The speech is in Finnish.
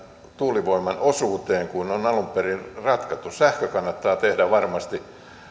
tuulivoiman osuuteen kuin mihin on alun perin ratkettu sähkö kannattaa tehdä varmasti ensisijaisesti